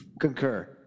Concur